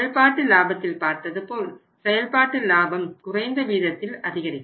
செயல்பாட்டு லாபத்தில் பார்த்ததுபோல் செயல்பாட்டு லாபம் குறைந்த வீதத்தில்அதிகரிக்கும்